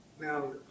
Now